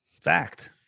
Fact